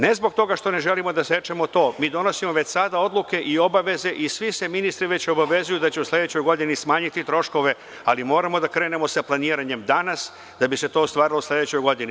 Ne zbog toga što ne želimo da sečemo to, mi donosimo već sada odluke i obaveze i svi se ministri već obavezuju da će u sledećoj godini smanjiti troškove, ali moramo da krenemo sa planiranjem danas, da bi se to ostvarilo u sledećoj godini.